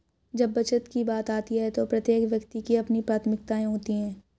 जब बचत की बात आती है तो प्रत्येक व्यक्ति की अपनी प्राथमिकताएं होती हैं